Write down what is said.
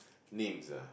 names ah